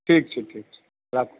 ठीक छै ठीक छै राखु